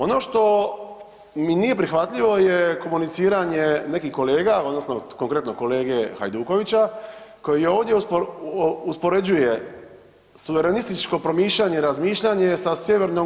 Ono što mi nije prihvatljivo je komuniciranje nekih kolega odnosno konkretno kolege Hajdukovića koji ovdje uspoređuje suverenističko promišljanje i razmišljanje sa Sj.